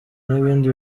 n’ibindi